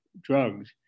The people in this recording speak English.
drugs